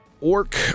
orc